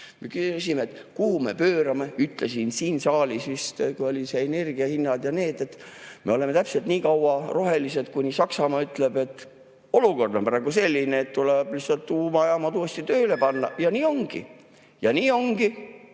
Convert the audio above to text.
Küsime, et kuhu me pöörame. Ütlesin siin saalis – vist siis, kui olid [arutusel] energiahinnad ja need –, et me oleme täpselt nii kaua rohelised, kuni Saksamaa ütleb: olukord on praegu selline, et tuleb lihtsalt tuumajaamad uuesti tööle panna. Ja nii ongi. Ja nii ongi!